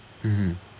mmhmm